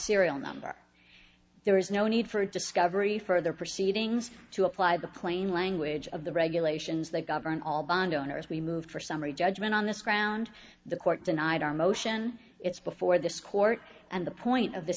serial number there is no need for discovery further proceedings to apply the plain language of the regulations that govern all bond owners we moved for summary judgment on this ground the court denied our motion it's before this court and the point of th